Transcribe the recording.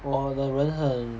我的人很